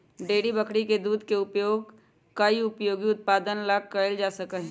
dairy बकरी के दूध के उपयोग कई उपयोगी उत्पादन ला कइल जा सका हई